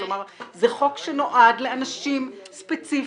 זה חוק שנועד לאנשים ספציפיים,